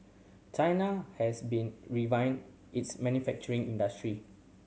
China has been its manufacturing industry